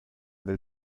nel